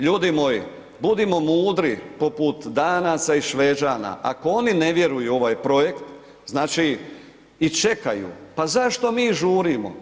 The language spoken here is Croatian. Ljudi moji budimo mudri poput Danaca i Šveđana, ako oni ne vjeruju u ovaj projekt, znači i čekaju, pa zašto mi žurimo?